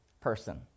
person